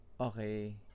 Okay